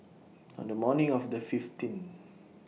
on The morning of The fifteenth